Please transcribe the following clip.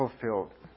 fulfilled